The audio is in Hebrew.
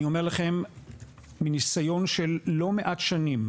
אני אומר לכם מניסיון של לא מעט שנים